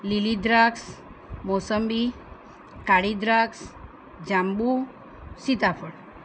લીલી દ્રાક્ષ મોસંબી કાળી દ્રાક્ષ જાંબુ સીતાફળ